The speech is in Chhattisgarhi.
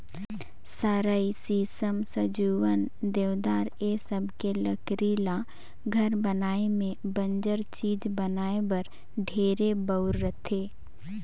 सरई, सीसम, सजुवन, देवदार ए सबके लकरी ल घर बनाये में बंजर चीज बनाये बर ढेरे बउरथे